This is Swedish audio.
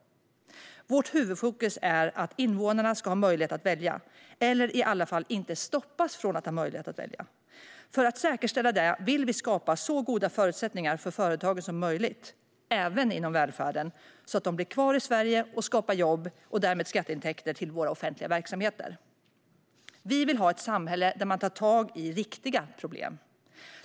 Vårt huvudfokus är att invånarna ska ha möjlighet att välja, eller i alla fall inte stoppas från att ha möjlighet att välja. För att säkerställa det vill vi skapa så goda förutsättningar för företagen som möjligt, även inom välfärden, så att de blir kvar i Sverige och skapar jobb och därmed skatteintäkter till våra offentliga verksamheter. Vi vill ha ett samhälle som tar tag i riktiga problem.